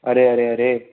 अड़े अड़े अड़े